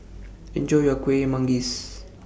Enjoy your Kueh Manggis